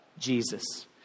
Jesus